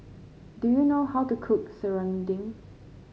do you know how to cook Serunding